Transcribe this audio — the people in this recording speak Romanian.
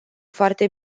foarte